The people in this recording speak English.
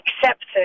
accepted